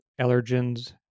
allergens